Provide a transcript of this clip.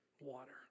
water